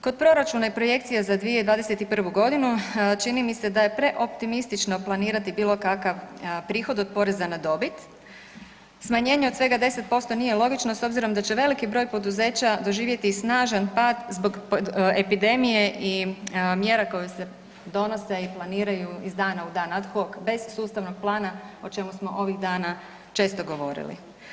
Kod proračuna i projekcija za 2021.g. čini mi se da je preoptimistično planirati bilo kakav prihod od poreza na dobit, smanjenje od svega 10% nije logično s obzirom da će veliki broj poduzeća doživjeti snažan pad zbog epidemije i mjera koje se donose i planiraju iz dana u dan, ad hoc, bez sustavnog plana, o čemu smo ovih dana često govorili.